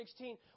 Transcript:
16